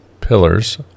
pillars